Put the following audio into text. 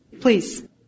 Please